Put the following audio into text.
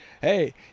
hey